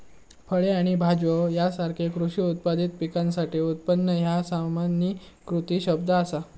फळे आणि भाज्यो यासारख्यो कृषी उत्पादित पिकासाठी उत्पादन ह्या सामान्यीकृत शब्द असा